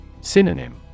Synonym